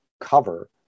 cover